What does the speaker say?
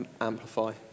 amplify